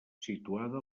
situada